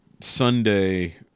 Sunday